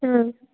ह्म्